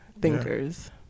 thinkers